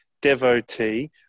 devotee